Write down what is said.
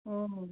हो हो